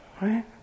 right